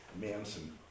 Manson